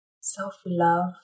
self-love